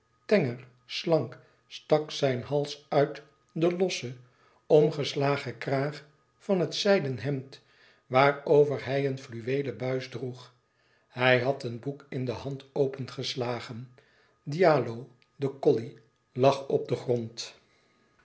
tenger slank stak zijn hals uit den lossen omgeslagen kraag van het zijden hemd waarover hij een fluweelen buis droeg hij had een boek in de hand opengeslagen djalo de colley lag op den grond